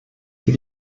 für